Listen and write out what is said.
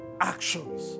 Actions